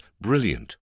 brilliant